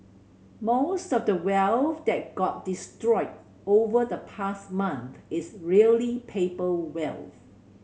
most of the wealth that got destroyed over the past month is really paper wealth